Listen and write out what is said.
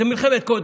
זאת מלחמת קודש,